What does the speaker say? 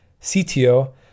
CTO